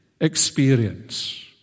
experience